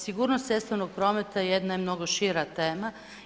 Sigurnost cestovnog prometa jedna je mnogo šira tema.